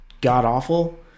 god-awful